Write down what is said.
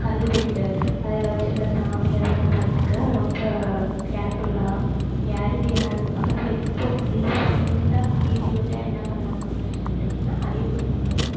கல்வெட்டு அதில் வச்சிருக்க சாமி அதெலாம் பார்த்துக்க ரொம்ப கேர்புல்லாக இங்கே அருவியெலாம் இருக்குது பக்கத்தில் இப்போது ரீசண்டாக கிரியேட்டிவிட்டா என்ன பண்ணாங்க அப்படின் சொல்லிட்டொம்னா அரியக்குடி பக்கத்தில்